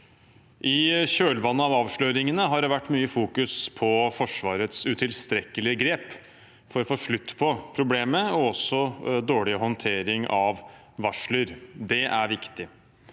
I kjølvannet av avsløringene har det vært mye fokusering på Forsvarets utilstrekkelige grep for å få slutt på problemet og dårlig håndtering av varsler. Det er viktig.